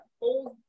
old